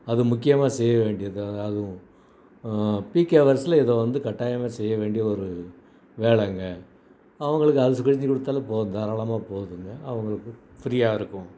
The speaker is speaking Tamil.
அது முக்கியமாக செய்ய வேண்டியது தான்ங்க அதுவும் பீக் ஹவர்ஸில் இதை வந்து கட்டாயமாக செய்ய வேண்டிய ஒரு வேலைங்க அவங்களுக்கு அது செஞ்சு கொடுத்தாலே போதும் தாராளமாக போதும்ங்க அவங்களுக்கு ஃப்ரீயாக இருக்கும்